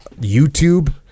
YouTube